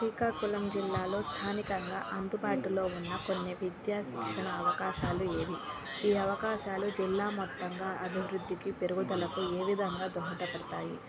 శ్రీకాకులం జిల్లాలో స్థానికంగా అందుబాటులో ఉన్న కొన్నీ విద్యా శిక్షణ అవకాశాలు ఏవి ఈ అవకాశాలు జిల్లా మొత్తంగా అభివృద్ధికి పెరుగుదలకు ఏ విధంగా దోహదపడుతాయి